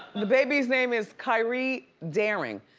the baby's name is ke'riah darring.